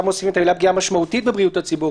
מוספים את המילים "פגיעה משמעותית בבריאות הציבור",